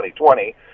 2020